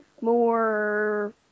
more